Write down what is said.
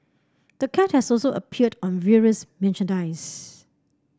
the cat has also appeared on various merchandise